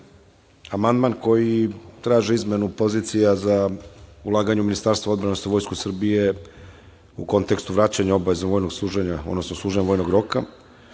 amandman koji traži izmenu pozicija za ulaganje u Ministarstvo odbrane, odnosno u vojsku Srbije u kontekstu vraćanja obaveze vojnog služenja odnosno služenja vojnog roka.